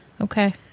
okay